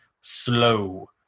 Slow